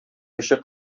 кече